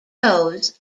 toes